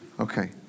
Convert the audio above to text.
Okay